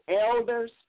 elders